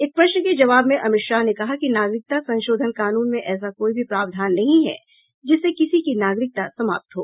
एक प्रश्न के जवाब में अमित शाह ने कहा कि नागरिकता संशोधन कानून में ऐसा कोई भी प्रावधान नहीं है जिससे किसी की नागरिकता समाप्त हो